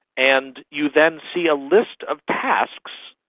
and you then see a list of tasks,